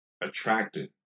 attracted